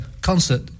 concert